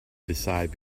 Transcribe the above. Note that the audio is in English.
decide